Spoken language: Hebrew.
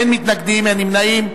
אין מתנגדים, אין נמנעים.